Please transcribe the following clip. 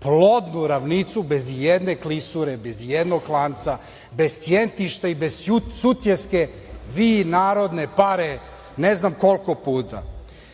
plodnu ravnicu bez ijedne klisure, bez ijednog klanca. Bez Tjentišta i bez Sutjeske vi narodne pare ne znam koliko puta. Ja